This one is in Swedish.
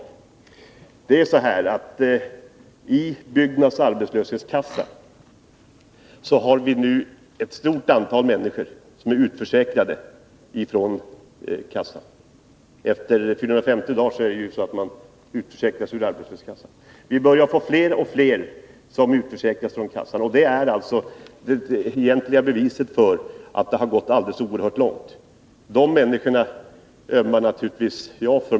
Det är nämligen så att ett stort antal människor utförsäkras från Byggnads arbetslöshetskassa. Efter 450 dagar utförsäkras man ju från arbetslöshetskassan. Det börjar bli allt fler som utförsäkras från kassan, och det är det egentliga beviset för att det har gått alldeles oerhört långt. De människorna ömmar naturligtvis jag för.